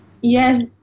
Yes